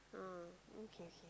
oh okay okay